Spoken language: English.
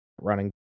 running